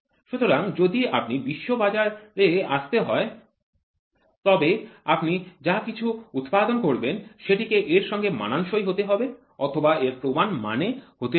সুতরাং যদি আপনি বিশ্ব বাজার এ আসতে হয় তবে আপনি যা কিছু উৎপাদন করবেন সেটিকে এর সঙ্গে মানানসই হতে হবে অথবা এর প্রমাণ মানে হতে হবে